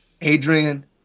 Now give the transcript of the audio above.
Adrian